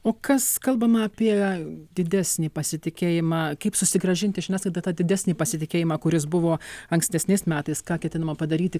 o kas kalbama apie didesnį pasitikėjimą kaip susigrąžinti žiniasklaidai tą didesnį pasitikėjimą kuris buvo ankstesniais metais ką ketinama padaryti